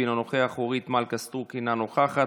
יואב גלנט, אינו נוכח,